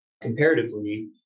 comparatively